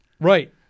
Right